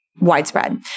Widespread